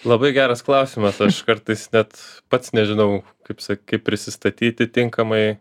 labai geras klausimas aš kartais net pats nežinau kaip sa kaip prisistatyti tinkamai